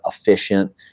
efficient